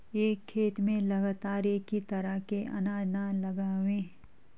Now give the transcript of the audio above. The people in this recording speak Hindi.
एक खेत में लगातार एक ही तरह के अनाज न लगावें